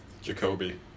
Jacoby